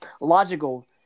logical